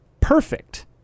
perfect